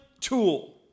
tool